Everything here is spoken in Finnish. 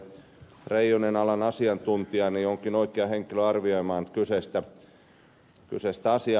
reijonen alan asiantuntijana onkin oikea henkilö arvioimaan kyseistä asiaa